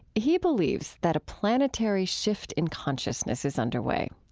he believes that a planetary shift in consciousness is underway.